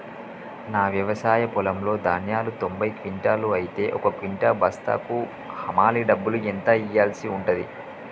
నా వ్యవసాయ పొలంలో ధాన్యాలు తొంభై క్వింటాలు అయితే ఒక క్వింటా బస్తాకు హమాలీ డబ్బులు ఎంత ఇయ్యాల్సి ఉంటది?